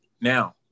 now